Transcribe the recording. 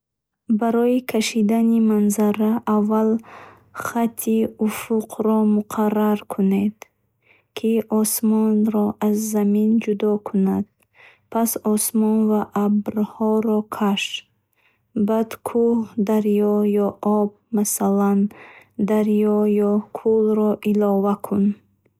Барои кашидани манзара аввал хатти уфуқро муқаррар Кунде, ки осмонро аз замин ҷудо Кунад. Пас осмон ва абрҳоро каш, баъд кӯҳ, дарахт ё об масалан, дарё ё кӯлро илова кун.